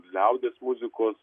liaudies muzikos